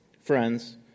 Friends